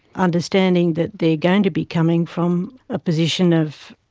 understanding that they are going to be coming from a position of,